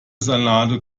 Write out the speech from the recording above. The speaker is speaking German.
salate